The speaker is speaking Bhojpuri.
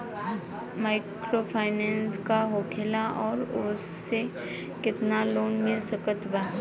माइक्रोफाइनन्स का होखेला और ओसे केतना लोन मिल सकत बा?